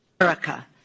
America